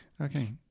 Okay